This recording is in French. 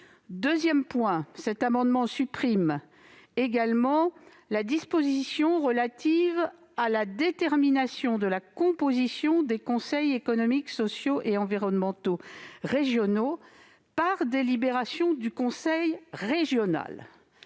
Deuxièmement, il est proposé de supprimer la disposition relative à la détermination de la composition des conseils économiques, sociaux et environnementaux régionaux (Ceser) par délibération du conseil régional.